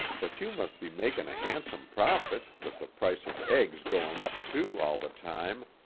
but you must be making a handsome profit, with the price of eggs going up, too, all the time,